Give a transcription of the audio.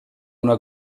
una